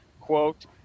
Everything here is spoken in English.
quote